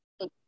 Okay